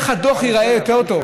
אלא איך הדוח ייראה יותר טוב,